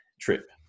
trip